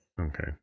Okay